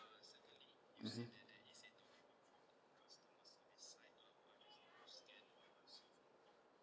mmhmm